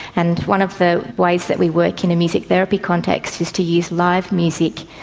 and one of the ways that we work in a music therapy context is to use live music.